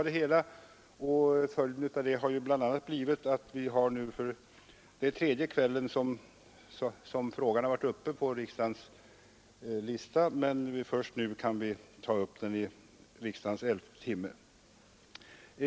Det är tredje kvällen som frågan står på riksdagens föredragningslista men först nu i riksdagens elfte timme kan vi ta upp den till debatt.